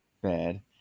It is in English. bad